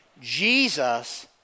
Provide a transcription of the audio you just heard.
Jesus